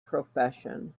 profession